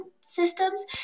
systems